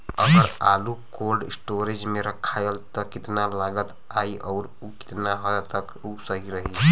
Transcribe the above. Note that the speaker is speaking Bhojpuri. अगर आलू कोल्ड स्टोरेज में रखायल त कितना लागत आई अउर कितना हद तक उ सही रही?